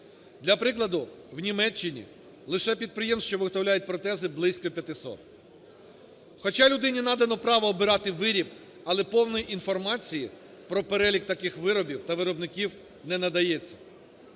Для прикладу, в Німеччині лише підприємств, що виготовляють протези, близько 500, хоча людині надано право обирати виріб, але повної інформації про перелік таких виробів та виробників не надається.